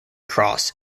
cross